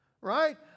right